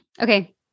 Okay